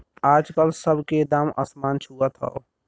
आजकल सब के दाम असमान छुअत हौ